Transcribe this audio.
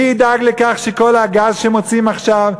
מי ידאג לכך שכל הגז שמוציאים עכשיו,